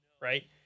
right